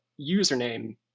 username